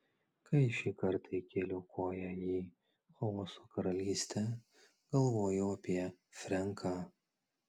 kai šį kartą įkėliau koją į chaoso karalystę galvojau apie frenką